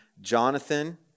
Jonathan